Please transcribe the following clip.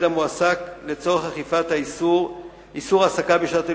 המועסק ולצורך אכיפת איסור ההעסקה בשעות הלימודים,